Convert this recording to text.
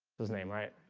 his name right?